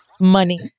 money